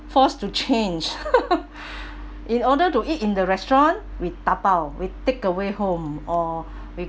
forced to change in order to eat in the restaurant we da bao we takeaway home or we